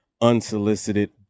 unsolicited